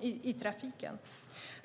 i trafik.